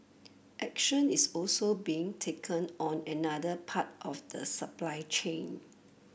action is also being taken on another part of the supply chain